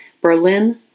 Berlin